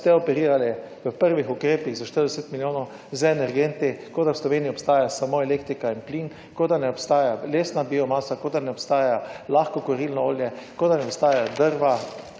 ste operirali v prvih ukrepih za štirideset milijonov z energenti kot da v Sloveniji obstaja samo elektrika in plin, kot da ne obstaja lesna biomasa kot da ne obstaja lahko kurilno olje kot da ne obstajajo drva,